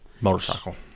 Motorcycle